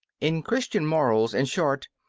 in christian morals, in short,